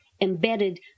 embedded